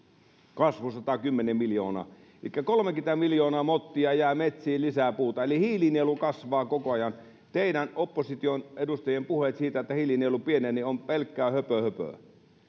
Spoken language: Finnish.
kasvu on satakymmentä miljoonaa elikkä kolmekymmentä miljoonaa mottia jää metsiin lisää puuta eli hiilinielu kasvaa koko ajan teidän opposition edustajien puheet siitä että hiilinielu pieneni on pelkkää höpöhöpöä